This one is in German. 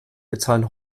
bezahlen